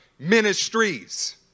ministries